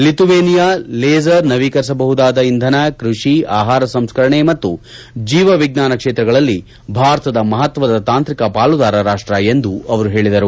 Lithuania laser ನವೀಕರಿಸಬಹುದಾದ ಇಂಧನ ಕೃಷಿ ಆಹಾರ ಸಂಸ್ಕರಣೆ ಮತ್ತು ಜೀವ ವಿಜ್ಞಾನ ಕ್ಷೇತ್ರಗಳಲ್ಲಿ ಭಾರತದ ಮಹತ್ವದ ತಾಂತ್ರಿಕ ಪಾಲುದಾರ ರಾಷ್ಟ್ ಎಂದು ಅವರು ಹೇಳಿದರು